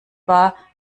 war